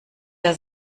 der